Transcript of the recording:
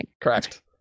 Correct